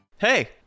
Hey